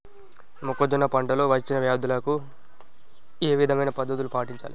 మొక్కజొన్న పంట లో వచ్చిన వ్యాధులకి ఏ విధమైన పద్ధతులు పాటించాలి?